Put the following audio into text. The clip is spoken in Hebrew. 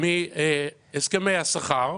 מהסכמי השכר,